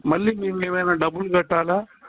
మళ్ళీ మేము ఏమైనా డబ్బులు కట్టాలా